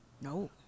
No